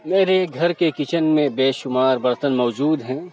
میرے گھر کے کچن میں بےشمار برتن موجود ہیں